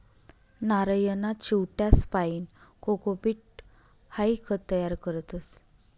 नारयना चिवट्यासपाईन कोकोपीट हाई खत तयार करतस